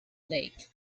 lake